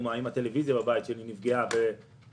לדוגמה אם הטלוויזיה בבית נפגעה ואי